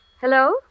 Hello